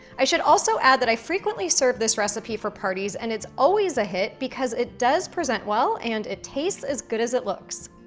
i should also add that i frequently serve this recipe for parties, and it's always a hit, because it does present well, and it tastes as good as it looks.